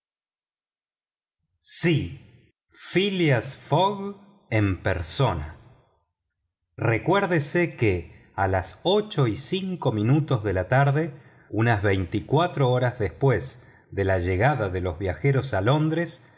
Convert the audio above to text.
fogg en persona recuérdese que a las ocho y cinco minutos de la tarde unas veinticuatro horas después de la llegada de los viajeros a londres